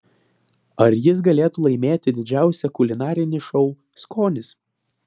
ar jis galėtų laimėti didžiausią kulinarinį šou skonis